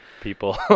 People